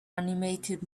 animated